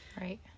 right